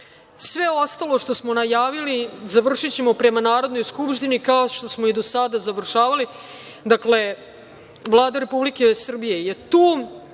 ostalo što smo najavili završićemo prema Narodnoj skupštini, kao što smo i do sada završavali. Dakle, Vlada Republike Srbije je tu,